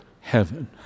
heaven